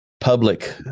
public